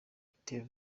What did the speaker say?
martin